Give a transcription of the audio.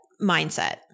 mindset